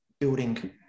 building